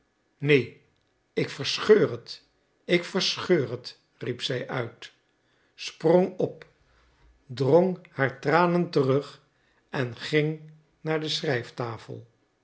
neen ik verscheur het ik verscheur het riep zij uit sprong op drong haar tranen terug en ging naar de